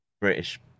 british